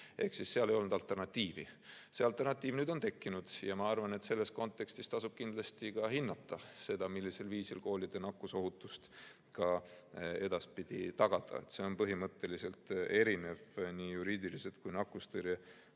ehk ei olnud alternatiivi. See alternatiiv on nüüd tekkinud ja ma arvan, et selles kontekstis tasub kindlasti hinnata ka seda, millisel viisil koolide nakkusohutust edaspidi tagada. See on põhimõtteliselt erinev lähenemine nii juriidiliselt kui ka nakkustõrje